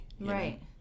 right